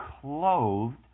clothed